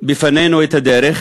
בפנינו את הדרך,